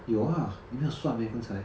有啊你没有算 meh 刚才